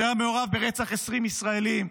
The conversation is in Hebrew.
שהיה מעורב ברצח 20 ישראלים?